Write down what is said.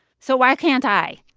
so why can't i?